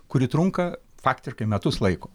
kuri trunka faktiškai metus laiko